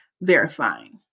Verifying